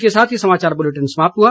इसी के साथ ये समाचार बुलेटिन समाप्त हुआ